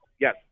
Yes